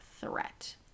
threat